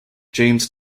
james